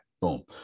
boom